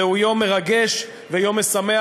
זהו יום מרגש ויום משמח.